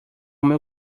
meu